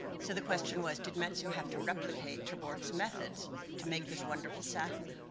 so the question was, did metsu have to replicate ter borch's methods to make this wonderful satin?